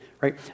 right